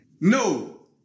No